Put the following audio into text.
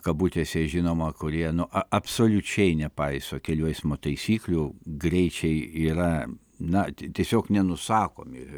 kabutėse žinoma kurie nu absoliučiai nepaiso kelių eismo taisyklių greičiai yra na tiesiog nenusakomi